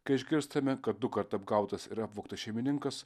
kai išgirstame kad dukart apgautas ir apvogtas šeimininkas